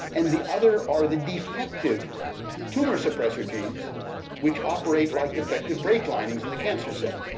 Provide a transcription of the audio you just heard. and the other are the defective tumor suppressor genes which operate like defective brake linings in the cancer cell.